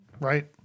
Right